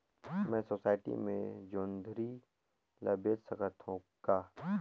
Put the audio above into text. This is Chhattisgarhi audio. मैं सोसायटी मे जोंदरी ला बेच सकत हो का?